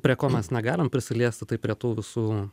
prie ko mes negalim prisiliesti tai prie tų visų